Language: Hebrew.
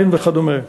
מין ודומה.